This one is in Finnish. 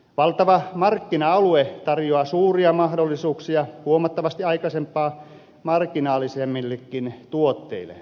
valtava markkina alue tarjoaa suuria mahdollisuuksia huomattavasti aikaisempaa marginaalisemmillekin tuotteille